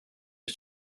est